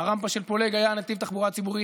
ברמפה של פולג היה נתיב תחבורה ציבורית,